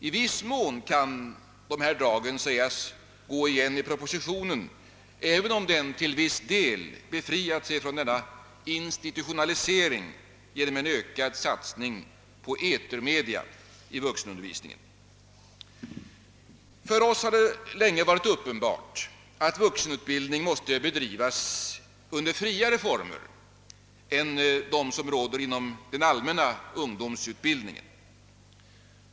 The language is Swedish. I någon mån kan dessa drag sägas gå igen i propositionen, även om den till viss del befriat sig från denna institutionalisering genom en ökad satsning på etermedia i vuxenundervisningen. För oss har det länge varit uppenbart att vuxenutbildning måste bedrivas under friare former än de som råder inom den allmänna ungdomsutbildningen.